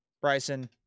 Bryson